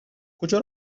کجا